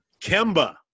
Kemba